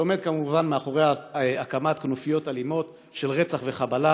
שעומד כמובן מאחורי הקמת כנופיות אלימות של רצח וחבלה,